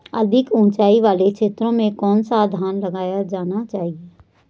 अधिक उँचाई वाले क्षेत्रों में कौन सा धान लगाया जाना चाहिए?